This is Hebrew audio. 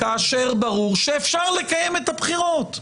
כאשר ברור שאפשר לקיים את הבחירות.